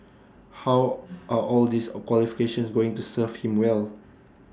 how are all these A qualifications going to serve him well